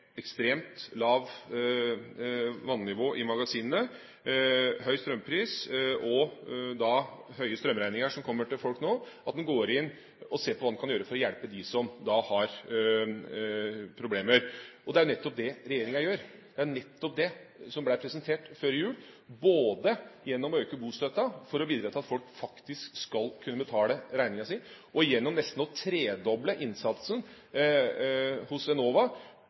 ekstremt lavt vannivå i magasinene, høy strømpris og høye strømregninger som kommer til folk, at en går inn og ser på hva en kan gjøre for å hjelpe dem som har problemer. Det er nettopp det regjeringa gjør. Det er nettopp det som ble presentert før jul, både gjennom å øke bostøtten for å bidra til at folk faktisk skal kunne betale regningen sin, og gjennom nesten å tredoble innsatsen hos Enova,